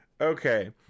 Okay